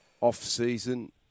off-season